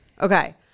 Okay